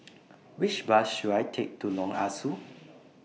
Which Bus should I Take to Lorong Ah Soo